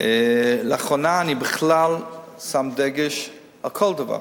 לאחרונה אני בכלל שם דגש על כל דבר: